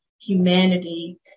humanity